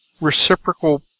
reciprocal